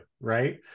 Right